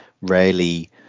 rarely